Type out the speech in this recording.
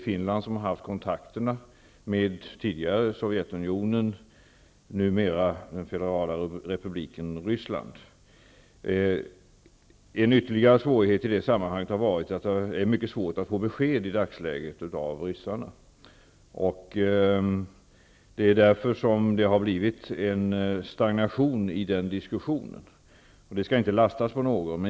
Finland har haft kontakterna med det tidigare En ytterligare svårighet i det sammanhanget har varit att det i dagsläget är mycket svårt att få besked av ryssarna. Det har därför skett en stagnation i diskussionen. Det skall inte lastas på någon.